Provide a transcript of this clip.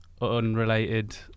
unrelated